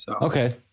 Okay